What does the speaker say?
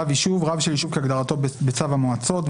"רב יישוב" רב של יישוב כהגדרתו בצו המועצות.